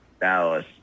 Dallas